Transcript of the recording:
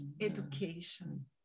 education